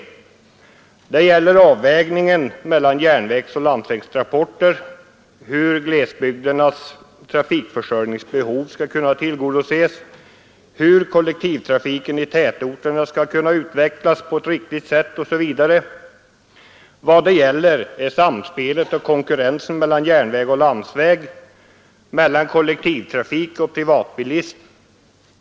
Debatten gäller avvägningen mellan järnvägsoch landsvägstransporter, hur glesbygdernas trafikförsörjningsbehov skall kunna tillgodoses, hur kollektivtrafiken i tätorterna skall kunna utvecklas på ett riktigt sätt, osv. Vad det rör sig om är samspelet och konkurrensen mellan järnväg och landsväg, mellan kollektiv trafik och privatbilism.